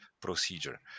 procedure